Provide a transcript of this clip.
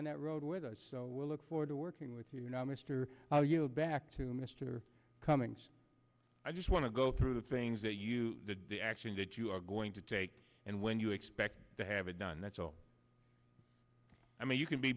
on that road with us so we'll look forward to working with you now mr i'll yield back to mr cummings i just want to go through the things that you did the actions that you are going to take and when you expect to have it done that's all i mean you can be